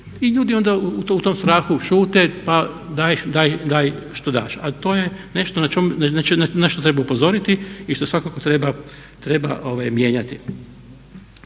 I ljudi onda u tom strahu šute pa daj što daš. A to je nešto na što treba upozoriti i što svakako treba mijenjati.